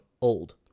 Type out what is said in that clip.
old